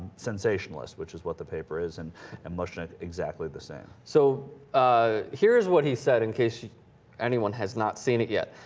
sensationalist which is what the papers and um motion exactly the same so ah. here's what he said in case you anyone has not seen it yet